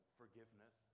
forgiveness